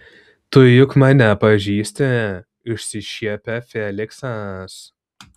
tu juk mane pažįsti išsišiepia feliksas